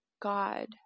God